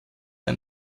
ein